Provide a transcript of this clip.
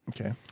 Okay